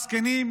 זקנים,